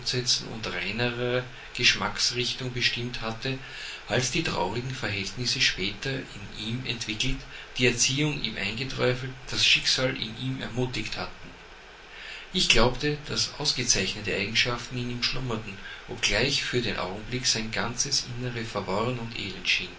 und reinerer geschmacksrichtung bestimmt hatte als die traurigen verhältnisse später in ihm entwickelt die erziehung ihm eingeträufelt das schicksal in ihm ermutigt hatten ich glaubte daß ausgezeichnete eigenschaften in ihm schlummerten obgleich für den augenblick sein ganzes innere verworren und elend